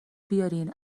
بیارین